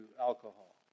alcohol